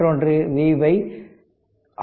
மற்றொன்று V 50 ஆகும்